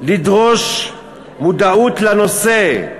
לדרוש מודעות לנושא,